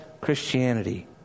Christianity